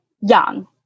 young